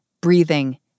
breathing